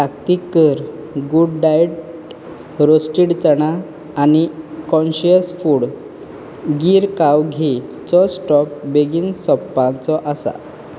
ताकतीक कर good diet roasted चणा आनी कॉन्शियस फूड गीर काव घिचो स्टॉक बेगीन सोंपपाचो आसा